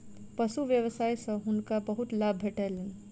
पशु व्यवसाय सॅ हुनका बहुत लाभ भेटलैन